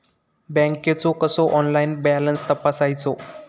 बँकेचो कसो online balance तपासायचो?